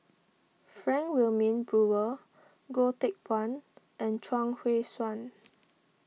Frank Wilmin Brewer Goh Teck Phuan and Chuang Hui Tsuan